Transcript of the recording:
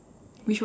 which one